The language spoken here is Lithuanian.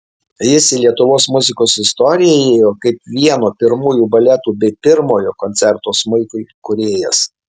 jis į lietuvos muzikos istoriją įėjo kaip vieno pirmųjų baletų bei pirmojo koncerto smuikui kūrėjas